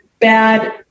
bad